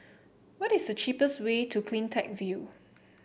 what is the cheapest way to CleanTech View